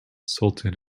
sultan